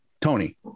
tony